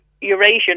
eurasian